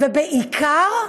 ובעיקר,